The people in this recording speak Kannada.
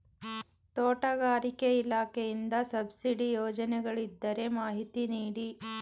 ತೋಟಗಾರಿಕೆ ಇಲಾಖೆಯಿಂದ ಸಬ್ಸಿಡಿ ಯೋಜನೆಗಳಿದ್ದರೆ ಮಾಹಿತಿ ನೀಡಿ?